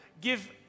give